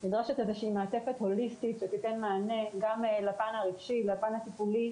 נדרשת מעטפת הוליסטית שתתן מענה גם לפן הרגשי והטיפולי.